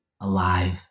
alive